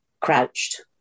Crouched